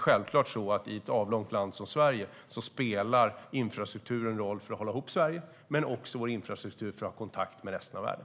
I ett avlångt land som Sverige spelar infrastrukturen självfallet en roll för att hålla ihop landet och vår infrastruktur så att vi kan ha kontakt med resten av världen.